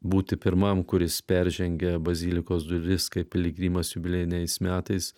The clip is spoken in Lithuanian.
būti pirmam kuris peržengia bazilikos duris kaip piligrimas jubiliejiniais metais